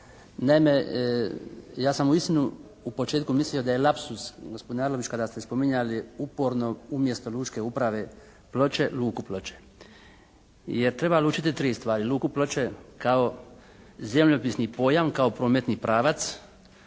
Naime, ja sam uistinu u početku mislio da je lapsus gospodine Arlović kada ste spominjali uporno umjesto lučke uprave Ploče, luku Ploče. Jer treba lučiti tri stvari. Luku Ploče kao zemljopisni pojam, kao prometni pravac